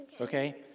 Okay